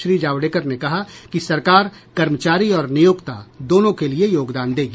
श्री जावड़ेकर ने कहा कि सरकार कर्मचारी और नियोक्ता दोनों के लिए योगदान देगी